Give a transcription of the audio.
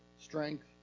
strength